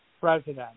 president